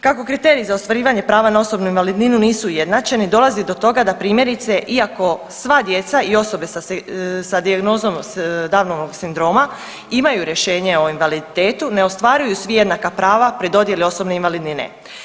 Kako kriteriji za ostvarivanje prava na osobnu invalidninu nisu ujednačeni dolazi do toga da primjerice iako sva djeca i osobe sa dijagnozom Downovog sindroma imaju rješenje o invaliditetu ne ostvaruju svi jednaka prava pri dodjeli osobne invalidnine.